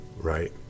right